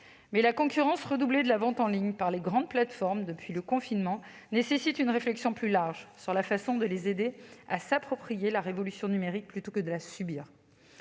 Mais la concurrence redoublée de la vente en ligne par les grandes plateformes depuis le confinement nécessite une réflexion plus large sur la façon de les aider à s'approprier la révolution numérique plutôt que de la subir.